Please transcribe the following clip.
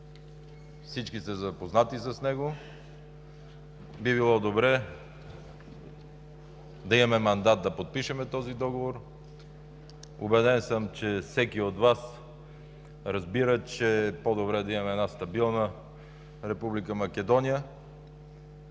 всички са запознати с него. Би било добре да имаме мандат да подпишем този договор. Убеден съм, че всеки от Вас разбира, че е по-добре да има стабилна Република Македония,